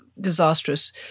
disastrous